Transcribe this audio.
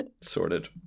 Sorted